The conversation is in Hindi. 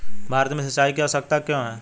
भारत में सिंचाई की आवश्यकता क्यों है?